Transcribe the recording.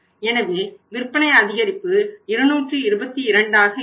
எனவே விற்பனை அதிகரிப்பு 222 ஆக இருக்கும்